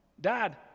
Dad